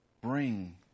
bring